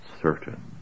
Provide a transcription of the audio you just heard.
certain